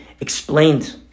explained